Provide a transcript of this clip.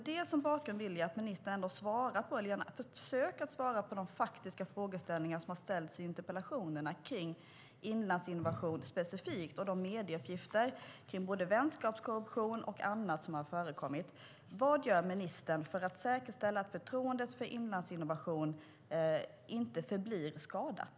Därför vill jag att ministern försöker svara på de frågor som har ställts i interpellationerna om Inlandsinnovation specifikt och de uppgifter i medierna om både vänskapskorruption och annat som har förekommit. Vad gör ministern för att säkerställa att förtroendet för Inlandsinnovation inte förblir skadat?